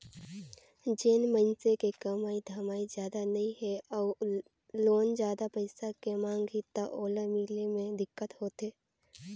जेन मइनसे के कमाई धमाई जादा नइ हे अउ लोन जादा पइसा के मांग ही त ओला मिले मे दिक्कत होथे